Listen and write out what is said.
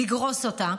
לגרוס אותה,